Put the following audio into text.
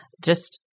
just-